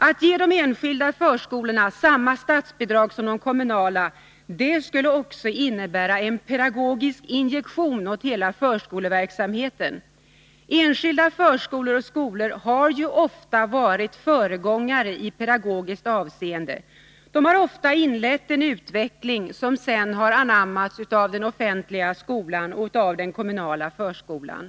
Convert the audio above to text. Att ge de enskilda förskolorna samma statsbidrag som de kommunala får, skulle innebära en pedagogisk injektion när det gäller hela förskoleverksamheten. Enskilda förskolor och skolor har ju ofta varit föregångare i pedagogiskt avseende. De har ofta inlett en utveckling som sedan har anammats av den offentliga skolan och den kommunala förskolan.